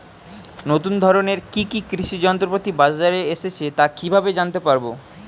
নতুন ধরনের কি কি কৃষি যন্ত্রপাতি বাজারে এসেছে তা কিভাবে জানতেপারব?